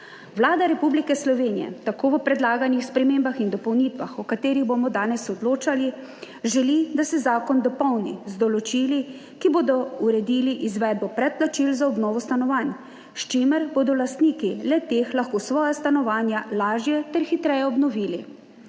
Vlada Republike Slovenije tako v predlaganih spremembah in dopolnitvah, o katerih bomo danes odločali, želi, da se zakon dopolni z določili, ki bodo uredili izvedbo predplačil za obnovo stanovanj, s čimer bodo lastniki le teh lahko svoja stanovanja lažje ter hitreje obnovili.